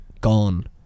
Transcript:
gone